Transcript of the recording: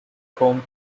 home